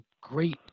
great